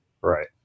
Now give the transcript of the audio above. Right